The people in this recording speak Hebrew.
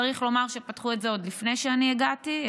צריך לומר שפתחו את זה עוד לפני שאני הגעתי,